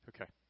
okay